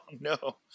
no